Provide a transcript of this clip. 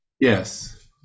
Yes